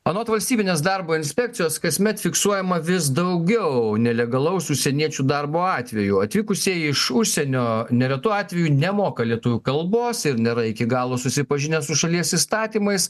anot valstybinės darbo inspekcijos kasmet fiksuojama vis daugiau nelegalaus užsieniečių darbo atvejų atvykusieji iš užsienio neretu atveju nemoka lietuvių kalbos ir nėra iki galo susipažinę su šalies įstatymais